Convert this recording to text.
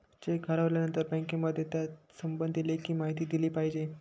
check हरवल्यानंतर बँकेमध्ये त्यासंबंधी लेखी माहिती दिली पाहिजे